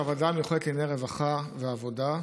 הוועדה המיוחדת לענייני רווחה ועבודה.